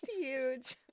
huge